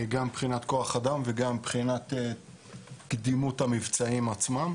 גם מבחינת כוח אדם וגם מבחינת קדימות המבצעים עצמם,